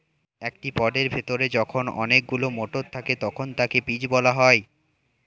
একটি পডের ভেতরে যখন অনেকগুলো মটর থাকে তখন তাকে পিজ বলা হয়